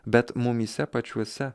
bet mumyse pačiuose